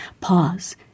pause